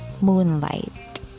Moonlight